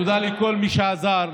תודה לכל מי שעזר,